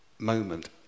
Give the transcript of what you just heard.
moment